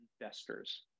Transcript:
investors